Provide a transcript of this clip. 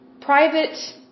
private